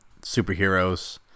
superheroes